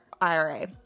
IRA